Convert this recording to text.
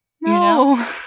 no